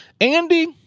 Andy